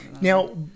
now